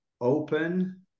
open